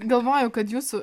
galvoju kad jūsų